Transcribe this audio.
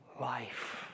life